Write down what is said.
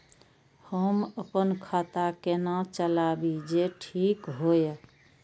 हम अपन खाता केना चलाबी जे ठीक होय?